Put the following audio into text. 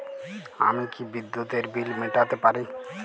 আমি কি বিদ্যুতের বিল মেটাতে পারি?